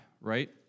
Right